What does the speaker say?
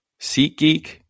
SeatGeek